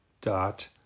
dot